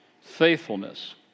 Faithfulness